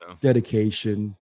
dedication